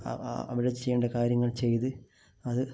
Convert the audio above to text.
അവിടെ ചെയ്യേണ്ട കാര്യങ്ങൾ ചെയ്ത് അത്